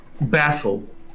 baffled